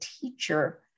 teacher